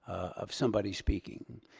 of somebody speaking.